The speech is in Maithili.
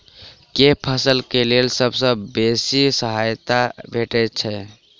केँ फसल केँ लेल सबसँ बेसी सहायता भेटय छै?